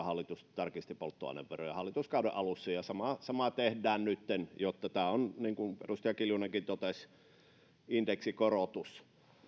hallitus tarkisti polttoaineveroja sadalla miljoonalla hallituskauden alussa ja sama tehdään nyt joten tämä on niin kuin edustaja kiljunenkin totesi indeksikorotus